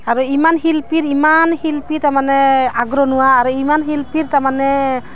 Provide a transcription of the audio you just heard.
আৰু ইমান শিল্পীৰ ইমান শিল্পী তাৰমানে আগৰণুৱা আৰু ইমান শিল্পীৰ তাৰমানে